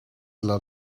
lot